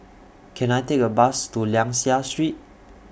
Can I Take A Bus to Liang Seah Street